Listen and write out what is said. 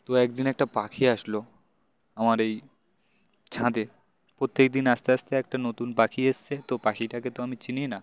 তো একদিন একটা পাখি আসল আমার এই ছাদে প্রত্যেকদিন আসতে আসতে একটা নতুন পাখি এসেছে তো পাখিটাকে তো আমি চিনি না